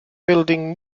building